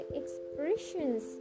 expressions